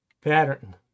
pattern